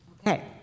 Okay